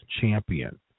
champion